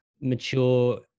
mature